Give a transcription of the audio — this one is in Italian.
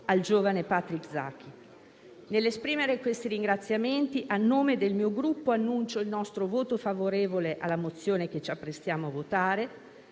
al giovane Patrick Zaki. Nell'esprimere questi ringraziamenti, a nome del mio Gruppo annuncio il nostro voto favorevole alla mozione che ci apprestiamo a votare.